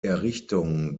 errichtung